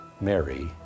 Mary